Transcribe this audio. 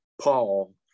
Paul